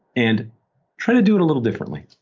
and try to do it a little differently.